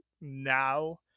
now